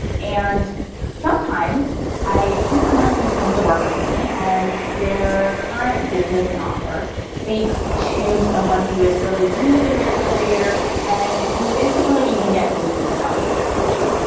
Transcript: and sometimes i see someone who comes to work with me, and their current business and offer speaks to someone who is really new in their career, and who isn't really even yet thinking about career coaching.